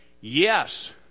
Yes